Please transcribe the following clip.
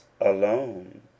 alone